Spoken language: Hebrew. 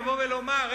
לבוא ולומר,